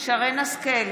שרן מרים השכל,